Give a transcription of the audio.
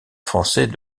français